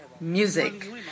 music